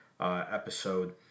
episode